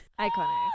iconic